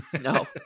no